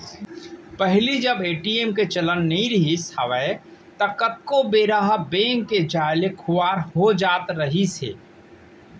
पहिली जब ए.टी.एम के चलन नइ रिहिस हवय ता कतको बेरा ह बेंक के जाय ले खुवार हो जात रहिस हे